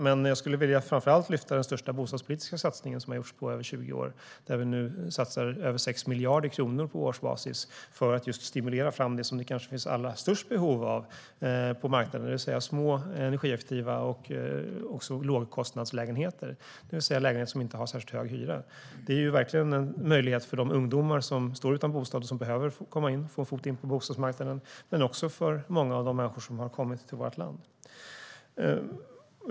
Men jag skulle framför allt vilja lyfta fram den största bostadspolitiska satsningen som har gjorts på över 20 år. Vi satsar nu 6 miljarder kronor på årsbasis för att just stimulera fram det som det kanske finns allra störst behov av på marknaden, nämligen små energieffektiva lågkostnadslägenheter, det vill säga lägenheter som inte har särskilt hög hyra. Det är verkligen en möjlighet för de ungdomar som står utan bostad och som behöver få in en fot på bostadsmarknaden, men också för många av de människor som har kommit till vårt land.